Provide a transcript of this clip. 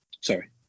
Sorry